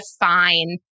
define